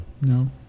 no